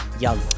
Young